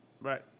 right